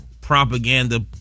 propaganda